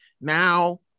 now